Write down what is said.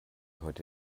heute